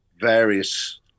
various